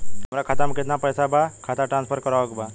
हमारे खाता में कितना पैसा बा खाता ट्रांसफर करावे के बा?